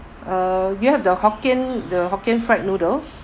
uh do you have the hokkien the hokkien fried noodles